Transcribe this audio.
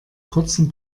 kurzen